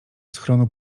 schronu